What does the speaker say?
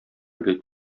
бит